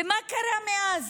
ומה קרה מאז?